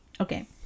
Okay